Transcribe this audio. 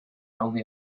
only